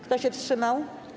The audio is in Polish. Kto się wstrzymał?